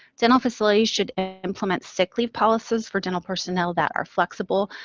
dental facilities should implement sick leave policies for dental personnel that are flexible,